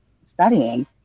studying